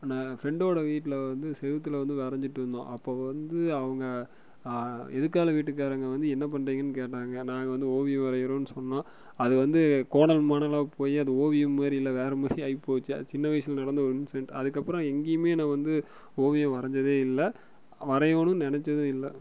நான் ஃப்ரெண்டோடய வீட்டில் வந்து செவத்துல வந்து வரைஞ்சிட்டுருந்தோம் அப்போது வந்து அவங்க எதுக்கால வீட்டுகாரங்க வந்து என்ன பண்ணுறீங்கன்னு கேட்டாங்க நாங்கள் வந்து ஓவியம் வரைகிறோம்னு சொன்னோம் அது வந்து கோணல்மாணலாக போய் அது ஓவியம் மாதிரி இல்லை வேறு மாதிரி ஆகிப் போச்சு அது சின்ன வயசில் நடந்த ஒரு இன்சிடென்ட் அதுக்கப்புறம் எங்கேயுமே நான் வந்து ஓவியம் வரைஞ்சதே இல்லை வரையணும்னு நினச்சதும் இல்லை